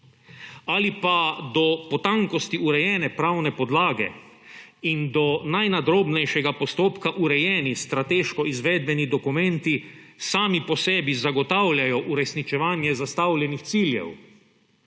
Ali pa do potankosti urejene pravne podlage in do najnadrobnejšega postopka urejeni strateškoizvedbeni dokumenti sami po sebi zagotavljajo uresničevanje zastavljenih ciljev,